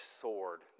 sword